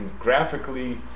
graphically